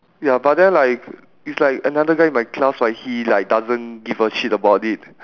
ya but then like it's like another guy in my class right he like doesn't give a shit about it